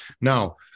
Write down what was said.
Now